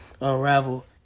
unravel